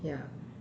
ya